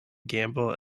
gamble